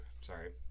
sorry